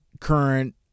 current